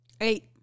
Eight